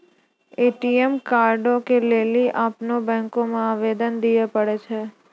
ATM कार्डो के लेली अपनो बैंको मे आवेदन दिये पड़ै छै